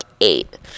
eight